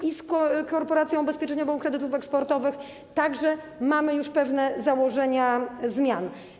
I z Korporacją Ubezpieczeń Kredytów Eksportowych także mamy już pewne założenia zmian.